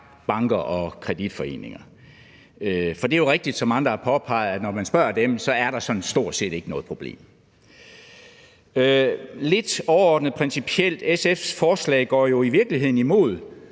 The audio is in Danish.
banker og kreditforeningers side. Det er jo rigtigt, som andre har påpeget, at når man spørger dem, er der stort set ikke noget problem. Lidt overordnet principielt vil jeg sige, at SF's forslag jo i virkeligheden går